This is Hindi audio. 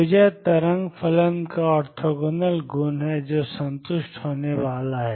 तो यह तरंग फलन का ऑर्थोगोनल गुण है जो संतुष्ट होने वाला है